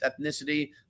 ethnicity